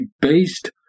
based